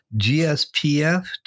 GSPF